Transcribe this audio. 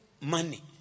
money